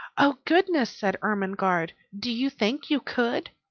oh, goodness! said ermengarde. do you think you could?